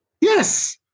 Yes